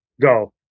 go